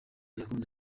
yakomeje